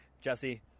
jesse